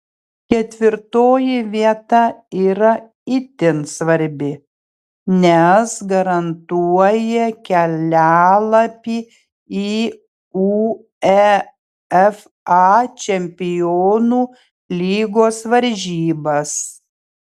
ketvirtoji vieta yra itin svarbi nes garantuoja kelialapį į uefa čempionų lygos varžybas